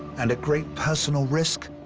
and at great personal risk,